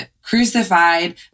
crucified